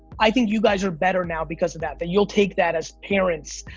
i think you guys are better now because of that, that you'll take that as parents,